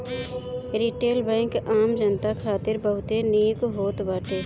retail bank आम जनता खातिर बहुते निक होत बाटे